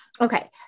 Okay